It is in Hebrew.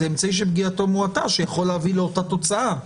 אמצעי שפגיעתו מועטה שיכול להביא לאותה תוצאה.